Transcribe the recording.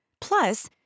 Plus